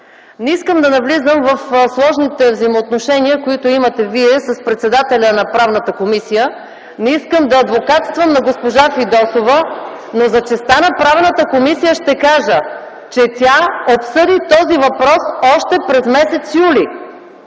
Не искам да навлизам в сложните взаимоотношения, които имате Вие с председателя на Правната комисия, не искам да адвокатствам на госпожа Фидосова (възгласи „Е-е-е!” от ГЕРБ), но за честа на Правната комисия ще кажа, че тя обсъди този въпрос още през м. юли.